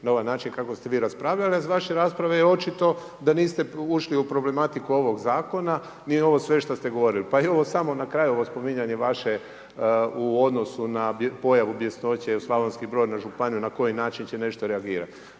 na ovaj način kako ste vi raspravljali. Iz vaše rasprave je očito da niste ušli u problematiku ovog Zakona. I ovo sve što ste govorili, pa i ovo samo na kraju, ovo spominjanje vaše u odnosu na pojavu bjesnoće u Slavonskom Brodu, Županiji te na koji način će se reagirati.